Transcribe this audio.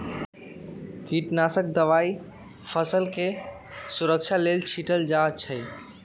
कीटनाशक दवाई फसलके सुरक्षा लेल छीटल जाइ छै